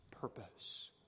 purpose